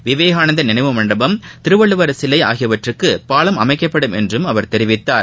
விவேகானந்தர் நினைவு மண்டபம் திருவள்ளுவர் சிலை ஆகியவற்றுக்கு பாவம் அமைக்கப்படும் என்றும் அவர் தெரிவித்தார்